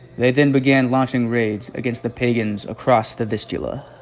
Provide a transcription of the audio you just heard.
they then began launching raids against the pagans across the vistula